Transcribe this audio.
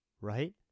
right